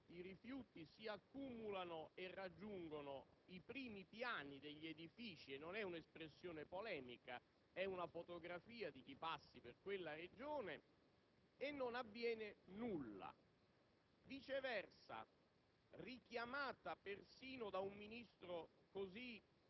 Ora, avviene che per 12 anni, ciclicamente, in quella Regione i rifiuti si accumulino, raggiungendo i primi piani degli edifici (e non è un'espressione polemica, ma una fotografia di chi passi per quella Regione),